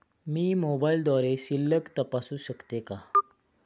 मी मोबाइलद्वारे शिल्लक तपासू शकते का?